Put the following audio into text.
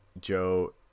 Joe